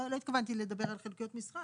לא התכוונתי לדבר על חלקיות משרה,